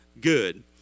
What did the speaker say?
good